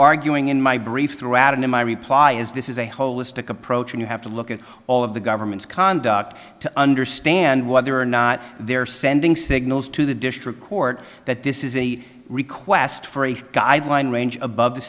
in my reply is this is a holistic approach and you have to look at all of the governments conduct to understand whether or not they're sending signals to the district court that this is a request for a guideline range above the